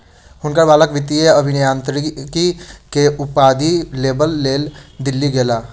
हुनकर बालक वित्तीय अभियांत्रिकी के उपाधि लेबक लेल दिल्ली गेला